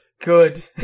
Good